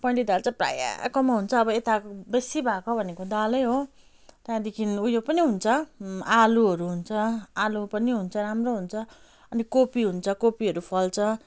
पहेँली दाल चाहिँ प्रायकोमा हुन्छ अब यता बेसी भएको भनेको दालै हो त्यहाँदेखि उयो पनि हुन्छ आलुहरू हुन्छ आलु पनि हुन्छ राम्रो हुन्छ अनि कोपी हुन्छ कोपीहरू फल्छ